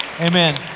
Amen